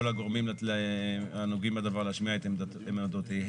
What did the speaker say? הגורמים הנוגעים בדבר להשמיע את עמדותיהם.